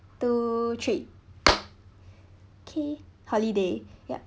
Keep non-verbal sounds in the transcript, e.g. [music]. two three [noise] okay holiday